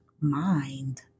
mind